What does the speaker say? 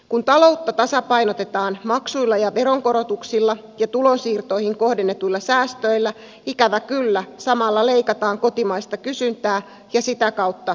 kun taloutta tasapainotetaan maksuilla ja veronkorotuksilla ja tulonsiirtoihin kohdennetuilla säästöillä ikävä kyllä samalla leikataan kotimaista kysyntää ja sitä kautta työllisyyttä